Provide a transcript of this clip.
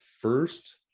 first